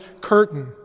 curtain